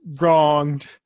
wronged